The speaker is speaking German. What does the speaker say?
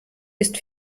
ist